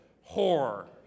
horror